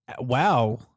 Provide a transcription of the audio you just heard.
Wow